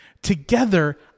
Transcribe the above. Together